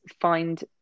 find